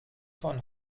von